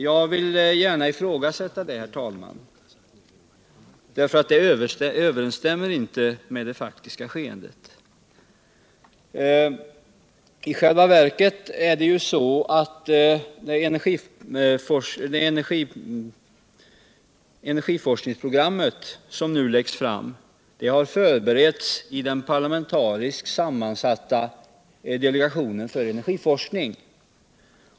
Jag vill ifrågasätta det, herr talman, därför att det inte överensstämmer med de faktiska förhållandena. I själva verket har det energiforskningsprogram som nu läggs fram förberetts I den parlamentariskt sammansatta delegationen för energiforskning.